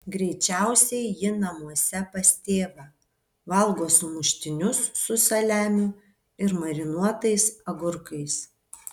greičiausiai ji namuose pas tėvą valgo sumuštinius su saliamiu ir marinuotais agurkais